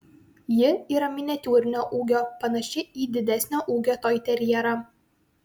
ji yra miniatiūrinio ūgio panaši į didesnio ūgio toiterjerą